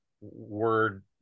word